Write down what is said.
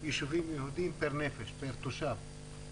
יישובים יהודיים פר נפש, פר תושב.